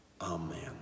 Amen